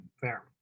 fair